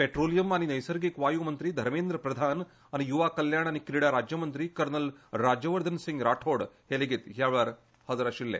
पेट्रोलियम आनी नैसर्गिक वायूमंत्री धर्मेंद्र प्रधान आनी युवा कल्याण आनी क्रीडा राज्यमंत्री कर्नल राज्यवर्धन राठोड हे लेगीत ह्या वेळार हजर आशिल्ले